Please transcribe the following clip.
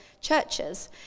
churches